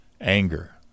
Anger